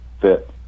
fit